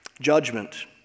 Judgment